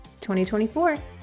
2024